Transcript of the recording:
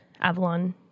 Avalon